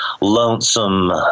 lonesome